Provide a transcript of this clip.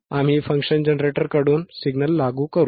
आम्ही फंक्शन जनरेटरकडून सिग्नल लागू करू